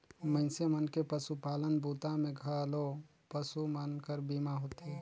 मइनसे मन के पसुपालन बूता मे घलो पसु मन कर बीमा होथे